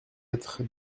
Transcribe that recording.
être